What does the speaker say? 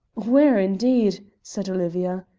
where? indeed! said olivia.